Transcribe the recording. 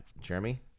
Jeremy